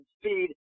speed